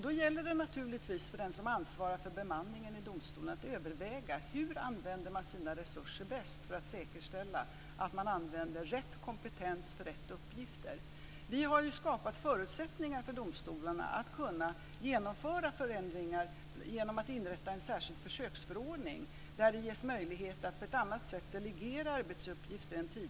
Då gäller det naturligtvis för den som ansvarar för bemanningen i domstolen att överväga hur man använder sina resurser bäst för att säkerställa att man använder rätt kompetens för rätt uppgifter. Vi har skapat förutsättningar för domstolarna att kunna genomföra förändringar genom att inrätta en särskild försöksförordning, där det ges möjlighet att på ett annat sätt än tidigare delegera arbetsuppgifter.